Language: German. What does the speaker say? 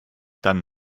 dann